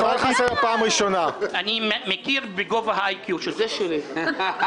אני מכיר בגובה ה-IQ שלך.